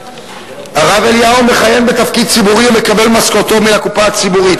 הרב אליהו מכהן בתפקיד ציבורי ומקבל משכורתו מן הקופה הציבורית,